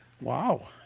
Wow